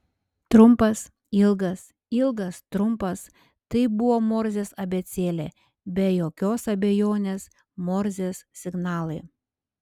trumpas ilgas ilgas trumpas tai buvo morzės abėcėlė be jokios abejonės morzės signalai